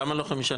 למה לא 13:55?